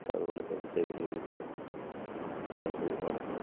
தகவல்களை பதிவு செய்து கொண்டிருக்கிறேன் நன்றி வணக்கம்